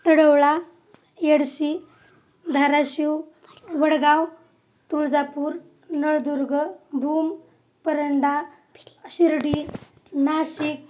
Tadwala Yedshi Dharashiv Wadgaon Tuljapur Naldurg Bhoom Paranda Shirdi Nashik